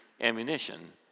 ammunition